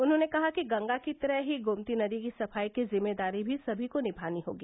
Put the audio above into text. उन्होंने कहा कि गंगा की तरह ही गोमती नदी की सफाई की जिम्मेदारी भी सभी को निभानी होगी